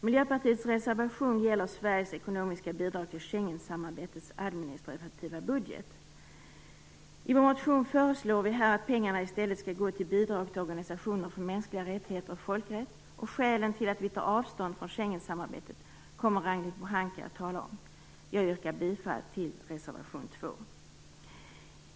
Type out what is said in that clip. Miljöpartiets reservation gäller Sveriges ekonomiska bidrag till Schengensamarbetets administrativa budget. I vår motion föreslår vi att pengarna i stället skall gå till Bidrag till organisationer för mänskliga rättigheter och folkrätt. Skälen till att vi tar avstånd från Schengensamarbetet kommer Ragnhild Pohanka att tala om. Jag yrkar bifall till reservation 2.